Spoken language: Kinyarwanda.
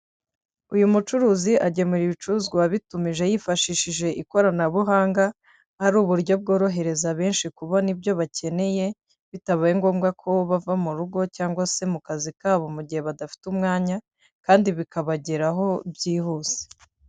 Uyu mucuruzi agemura ibicuruzwa abitumije yifashishije ikoranabuhanga, ari uburyo bworohereza benshi kubona ibyo bakeneye, bitabaye ngombwa ko bava mu rugo cyangwa se mu kazi kabo mu gihe badafite umwanya kandi bikabageraho byihuse.